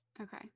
Okay